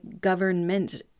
government